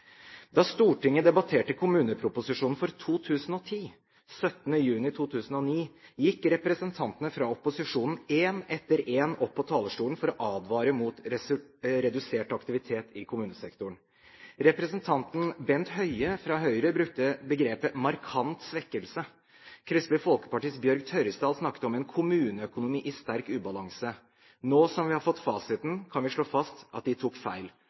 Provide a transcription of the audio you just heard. Da Stortinget debatterte kommuneproposisjonen for 2010 – 17. juni 2009 – gikk representantene fra opposisjonen én etter én opp på talerstolen for å advare mot redusert aktivitet i kommunesektoren. Representanten Bent Høie fra Høyre brukte begrepet «markant svekkelse». Kristelig Folkepartis Bjørg Tørresdal snakket om «en kommuneøkonomi i sterk ubalanse». Nå som vi har fått fasiten, kan vi slå fast at de tok feil.